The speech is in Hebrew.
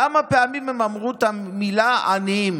כמה פעמים הם אמרו את המילה "עניים",